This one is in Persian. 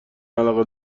علاقه